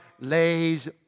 Lays